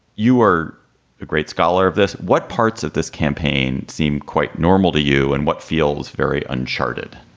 you are a great scholar of this. what parts of this campaign seem quite normal to you and what feels very uncharted?